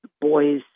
boys